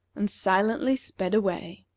and silently sped away.